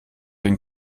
den